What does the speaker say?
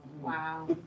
Wow